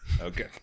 okay